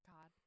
God